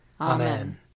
Amen